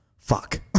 Fuck